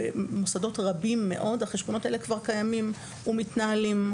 במוסדות רבים מאוד החשבונות האלה כבר קיימים ומתנהלים.